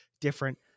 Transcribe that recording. different